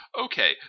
okay